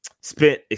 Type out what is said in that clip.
spent